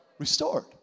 Restored